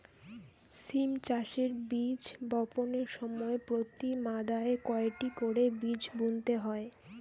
সিম চাষে বীজ বপনের সময় প্রতি মাদায় কয়টি করে বীজ বুনতে হয়?